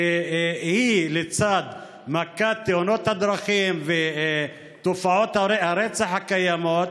שלצד מכת תאונות הדרכים ותופעות הרצח הקיימות,